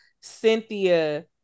Cynthia